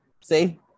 see